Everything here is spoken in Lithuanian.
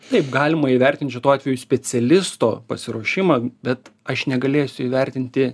taip galima įvertint šituo atveju specialisto pasiruošimą bet aš negalėsiu įvertinti